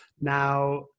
Now